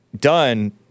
done